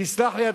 תסלח לי,